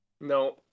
No